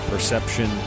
Perception